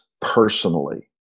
personally